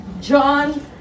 John